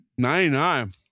99